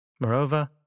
Moreover